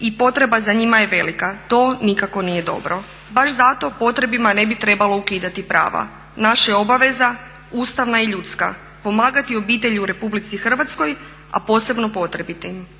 i potreba za njima je velika. To nikako nije dobro. Baš zato potrebima ne bi trebalo ukidati prava. Naša je obaveza ustavna i ljudska pomagati obitelji u RH, a posebno potrebitima.